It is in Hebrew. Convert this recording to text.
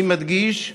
אני מדגיש: